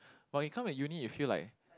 but you come to uni you feel like